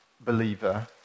believer